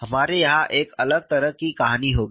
हमारे यहां एक अलग तरह की कहानी होगी